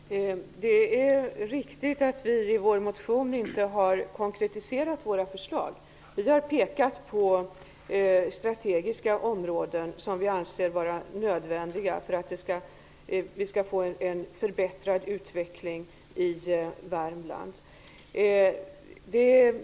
Fru talman! Det är riktigt att vi i vår motion inte har konkretiserat våra förslag. Vi har pekat på strategiska områden som vi anser är nödvändiga för att vi skall få en bättre utveckling i Värmland.